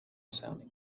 sounding